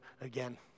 again